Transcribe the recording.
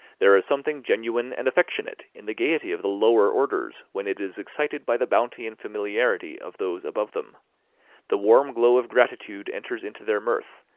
there is something genuine and affectionate in the gaiety of the lower orders, when it is excited by the bounty and familiarity of those above them the warm glow of gratitude enters into their mirth,